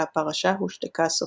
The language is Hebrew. והפרשה הושתקה סופית.